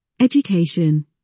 education